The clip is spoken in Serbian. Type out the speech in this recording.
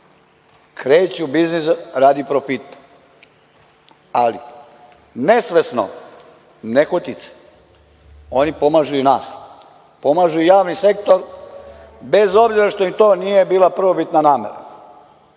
kreću u biznis radi profita, ali, nesvesno, nehotice oni pomažu i nas. Pomažu i javni sektor, bez obzira što im to nije bila prvobitna namera.